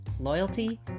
loyalty